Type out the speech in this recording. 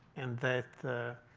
and that